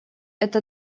это